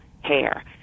hair